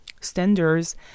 standards